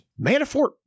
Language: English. Manafort